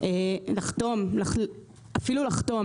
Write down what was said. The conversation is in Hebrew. אפילו לחתום,